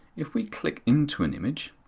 if we click into an image,